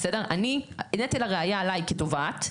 נטל הראייה עליי כתובעת.